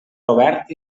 robert